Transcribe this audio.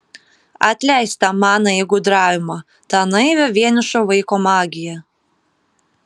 atleisk tą manąjį gudravimą tą naivią vienišo vaiko magiją